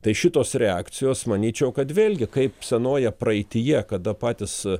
tai šitos reakcijos manyčiau kad vėlgi kaip senoje praeityje kada patys